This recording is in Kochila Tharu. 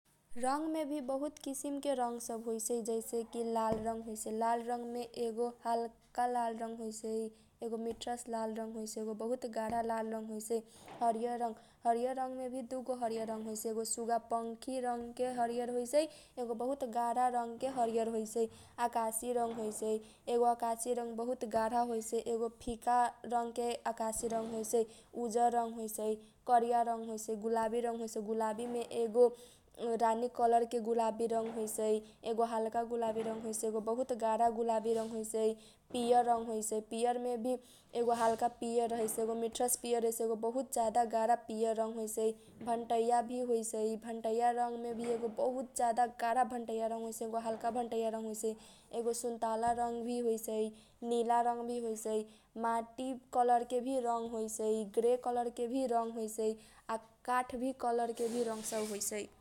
रङ्ग मेभी बहुत किसिमके रङ्ग सब होइसै जैसेकी लाल रङ्ग होइसै, लाल रङ्ग मे हलका लाल रङ्ग होइसै, एगो मिठरस लाल रङ्ग होइसै, एगो गारा लाल रङ्ग होइसै, हरियर रङ्ग हरियर रङ्ग मेभी दुगो हरियर रङ्ग होइसै, एगो सुगा पंखी रङ्गके हरियर होइसै, एगो बहुत गारा रङ्गके हरियर होइसै, अकासी रङ्ग होइसै एगो अकासी रङ्ग बहुत गारा होइसै, एगो फिका रङ्ग के अकासी रङ्ग होइसै, उजर रङ्ग होइसै, करिया रङ्ग होइसै, गुलाबी रङ्ग होइसै एगो हलका गुलाबी रङ्ग होइसै एगो बहुत गारा गुलाबी रङ्ग होइसै, पियर रङ्ग होइसै, पियर मेभी एगो हलका पियर रहैसै, एगो मिठरस पियर रहैसै, एगो बहुत गारा पियर रङ्ग होइसै, भनटैया भी होइसै, भनटैया रङ्ग मेभी एगो बहुत जादा गारा भनटैया रङ्ग होइसै, एगो हलका भनटैया रङ्ग होइसै, एगो सुन्ताला रङ्ग होइसै, निला रङ्ग भी होइसै माटी कलरके भी रङ्ग होइसै, गेरे कलरकेभी रङ्ग होइसै आ काठभी कलरकेभी रङ्ग सब होइसै।